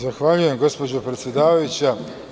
Zahvaljujem, gospođo predsedavajuća.